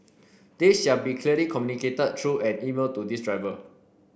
this shall be clearly communicated through an email to these driver